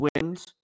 wins